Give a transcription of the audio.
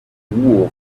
wool